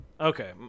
Okay